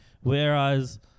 Whereas